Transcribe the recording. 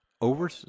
over